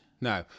No